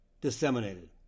disseminated